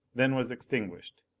then was extinguished.